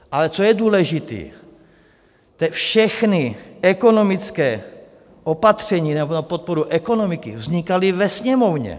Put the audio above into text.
Ale co je důležité, ta všechna ekonomická opatření nebo na podporu ekonomiky vznikala ve Sněmovně.